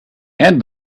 add